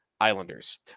Islanders